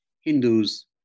Hindus